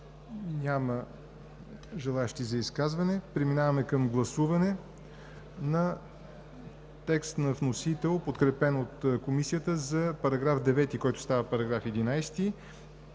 Няма желаещи за изказване. Преминаваме към гласуване на текста на вносителя, подкрепен от Комисията за § 9, който става § 11,